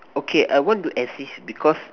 okay I want to exist because